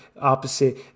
opposite